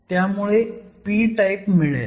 त्यामुळे p type मिळेल